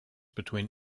between